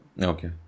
okay